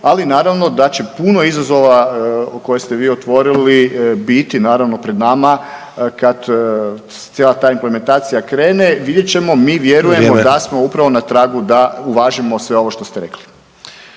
Ali naravno da će puno izazova koje ste vi otvorili biti naravno pred nama kad cijela ta implementacija krene. Vidjet ćemo, mi vjerujemo da smo …/Upadica: Vrijeme./… upravo na tragu da uvažimo sve ovo što ste rekli.